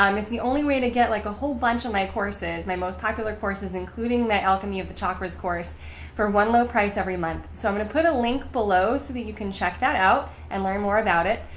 um it's the only way to get like a whole bunch of my courses, my most popular courses, including the alchemy of the chakras course for one low price every month. so i'm going to put a link below so that you can check that out and learn more about it.